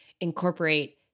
incorporate